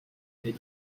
des